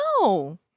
No